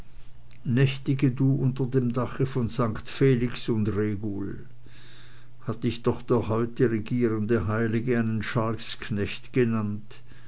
du unter dem dache von st felix und regul hat dich doch der heute hier regierende heilige einen schalksknecht genannt